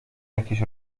jakieś